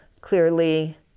clearly